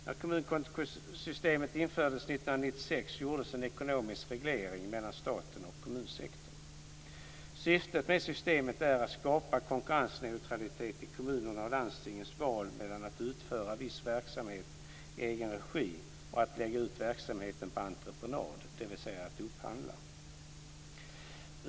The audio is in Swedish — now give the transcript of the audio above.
När kommunkontosystemet infördes år 1996 gjordes en ekonomisk reglering mellan staten och kommunsektorn. Syftet med systemet är att skapa konkurrensneutralitet i kommunernas och landstingens val mellan att utföra viss verksamhet i egen regi och att lägga ut verksamhet på entreprenad, dvs. att upphandla.